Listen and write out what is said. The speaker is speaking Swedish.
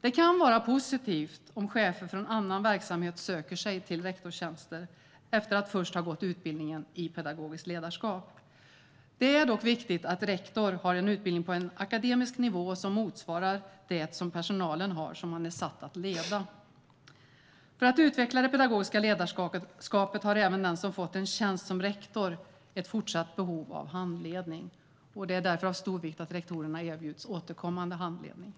Det kan vara positivt om chefer från annan verksamhet söker sig till rektorstjänster efter att först ha gått utbildningen i pedagogiskt ledarskap. Det är dock viktigt att rektor har en utbildning på en akademisk nivå som motsvarar den personalen man är satt att leda har. För att utveckla det pedagogiska ledarskapet har även den som fått en tjänst som rektor ett fortsatt behov av handledning. Det är därför av stor vikt att rektorer erbjuds återkommande handledning.